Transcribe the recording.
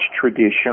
tradition